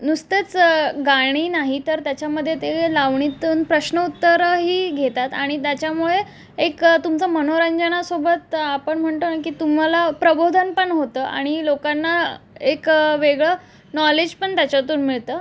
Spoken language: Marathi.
नुसतेच गाणी नाही तर त्याच्यामध्ये ते लावणीतून प्रश्न उत्तरही घेतात आणि त्याच्यामुळे एक तुमचं मनोरंजनासोबत आपण म्हणतो नं की तुम्हाला प्रबोधन पण होतं आणि लोकांना एक वेगळं नॉलेज पण त्याच्यातून मिळतं